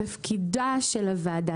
תפקיד הוועדה,